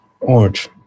Orange